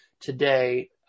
today